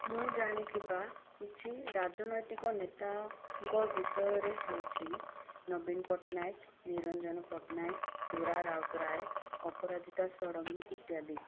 ମୁଁ ଜାଣିଥିବା କିଛି ରାଜନୈତିକ ନେତାଙ୍କ ବିଷୟରେ ହେଉଛି ନବୀନ ପଟ୍ଟନାୟକ ନିରଞ୍ଜନ ପଟ୍ଟନାୟକ ସୁରା ରାଉତରାୟ ଅପରାଜିତା ଷଡ଼ଙ୍ଗୀ ଇତ୍ୟାଦି